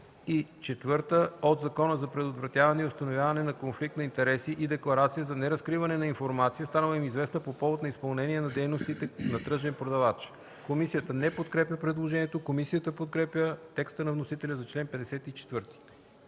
2 и 4 от Закона за предотвратяване и установяване на конфликт на интереси и декларация за неразкриване на информация, станала им известна по повод на изпълнение на дейностите на тръжен продавач.” Комисията не подкрепя предложението. Комисията подкрепя текста на вносителя за чл. 54.